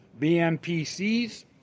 BMPCs